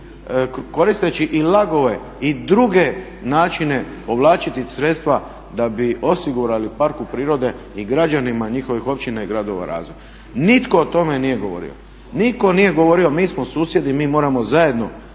koristeći i … i druge načine povlačiti sredstva da bi osigurali parku prirode i građanima njihovih općina i gradova razvoj. Nitko o tome nije govorio, nitko nije govorio mi smo susjedi, mi moramo zajedno